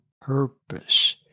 purpose